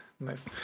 Nice